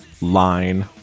Line